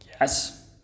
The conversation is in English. Yes